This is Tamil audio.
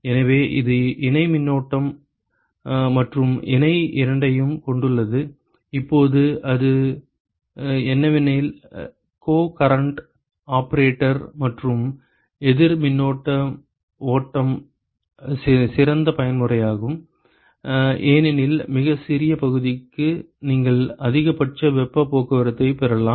எனவே இது இணை மின்னோட்டம் மற்றும் இணையான இரண்டையும் கொண்டுள்ளது இப்போது அது என்னவெனில் கோ கரண்ட் ஆபரேட்டர் மற்றும் எதிர் மின்னோட்ட ஓட்டம் சிறந்த பயன்முறையாகும் ஏனெனில் மிகச்சிறிய பகுதிக்கு நீங்கள் அதிகபட்ச வெப்பப் போக்குவரத்தைப் பெறலாம்